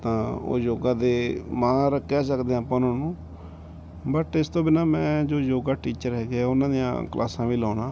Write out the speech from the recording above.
ਤਾਂ ਉਹ ਯੋਗਾ ਦੇ ਮਾਹਰ ਕਹਿ ਸਕਦੇ ਆ ਆਪਾਂ ਉਹਨਾਂ ਨੂੰ ਬਟ ਇਸ ਤੋਂ ਬਿਨਾਂ ਮੈਂ ਜੋ ਯੋਗਾ ਟੀਚਰ ਹੈਗੇ ਆ ਉਹਨਾਂ ਦੀਆਂ ਕਲਾਸਾਂ ਵੀ ਲਾਉਨਾ